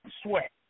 sweat